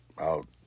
out